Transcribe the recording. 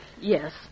Yes